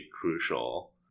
crucial